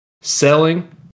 selling